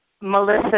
Melissa